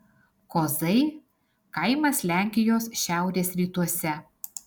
kozai kaimas lenkijos šiaurės rytuose